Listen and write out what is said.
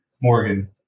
Morgan